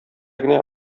генә